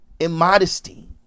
immodesty